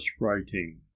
writing